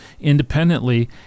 independently